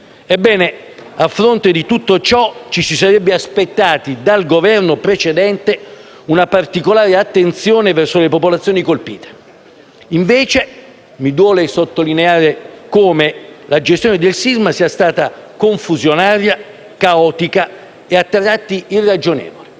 Ebbene, a fronte di tutto ciò, ci si sarebbe aspettati dal Governo precedente una particolare attenzione verso le popolazioni colpite. Invece, mi duole sottolineare come la gestione del sisma sia stata confusionaria, caotica e a tratti irragionevole.